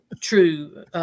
True